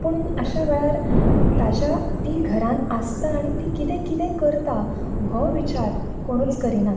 पुणून अश्या वेळार ताज्या ती घरान आसता आनी ती किदें किदें करता हो विचार कोणूच करिनात